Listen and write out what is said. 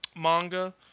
manga